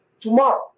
tomorrow